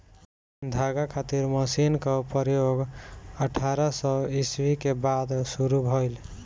धागा खातिर मशीन क प्रयोग अठारह सौ ईस्वी के बाद शुरू भइल